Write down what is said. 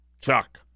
Chuck